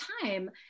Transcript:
time